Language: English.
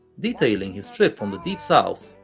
detailing his trip from the deep south,